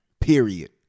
period